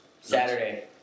Saturday